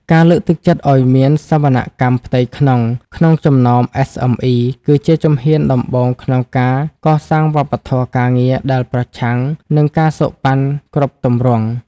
ការលើកទឹកចិត្តឱ្យមាន "សវនកម្មផ្ទៃក្នុង" ក្នុងចំណោម SME គឺជាជំហានដំបូងក្នុងការកសាងវប្បធម៌ការងារដែលប្រឆាំងនឹង ការសូកប៉ាន់ គ្រប់ទម្រង់។